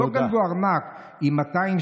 בקשה.